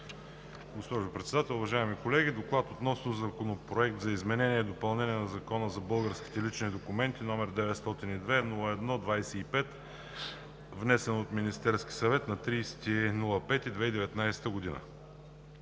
Госпожо Председател, уважаеми колеги! „ДОКЛАД относно Законопроект за изменение и допълнение на Закона за българските лични документи, № 902-01-25, внесен от Министерския съвет на 30 май 2019 г.